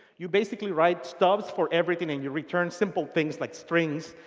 you basically write stubs for everything, and you return simple things like strings.